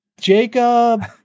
Jacob